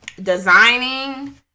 designing